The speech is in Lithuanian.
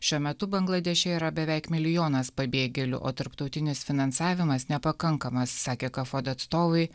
šiuo metu bangladeše yra beveik milijonas pabėgėlių o tarptautinis finansavimas nepakankamas sakė kafodo atstovai